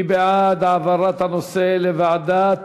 מי בעד העברת הנושא לוועדת